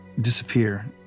disappear